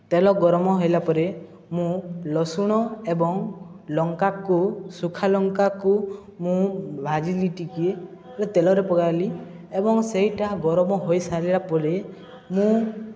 ତେଲ ଗରମ ହେଲା ପରେ ମୁଁ ରସୁଣ ଏବଂ ଲଙ୍କାକୁ ଶୁଖା ଲଙ୍କାକୁ ମୁଁ ଭାଜିଲି ଟିକିଏ ତେଲରେ ପକାଇଲି ଏବଂ ସେଇଟା ଗରମ ହୋଇସାରିଲା ପରେ ମୁଁ